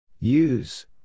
Use